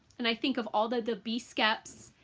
and i think of all the bee skeps,